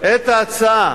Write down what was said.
את ההצעה